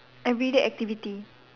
everyday activity